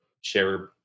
share